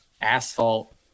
asphalt